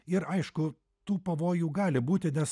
ir aišku tų pavojų gali būti nes